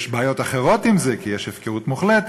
יש בעיות אחרות עם זה, כי יש הפקרות מוחלטת.